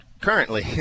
Currently